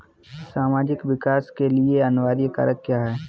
सामाजिक विकास के लिए अनिवार्य कारक क्या है?